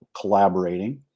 collaborating